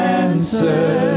answer